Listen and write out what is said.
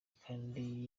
kandi